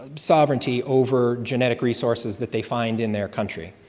sovereignty over genetic resources that they find in their country.